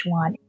one